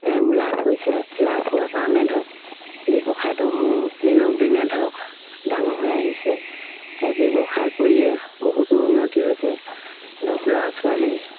লাভ হৈছে লাভ হোৱাৰ কাৰণে ধৰক ব্যৱসায়টো মোৰ দিনক দিনে ধৰক ডাঙৰ হৈ আহিছে সেই ব্যৱসায় কৰিয়ে বহুতো উন্নতি হৈছে ধৰক ল'ৰা ছোৱালী